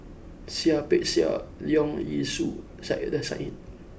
Seah Peck Seah Leong Yee Soo and Saiedah Said